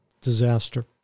disaster